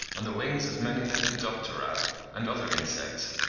on the wings of many lepidoptera and other insects,